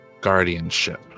guardianship